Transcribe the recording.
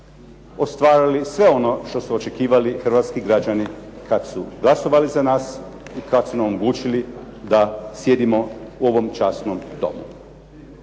ostvarili sve ono što su očekivali hrvatski građani kad su glasovali za nas i kad su nam omogućili da sjedimo u ovom časnom domu.